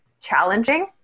challenging